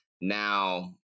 Now